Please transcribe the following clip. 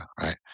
right